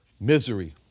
misery